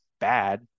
bad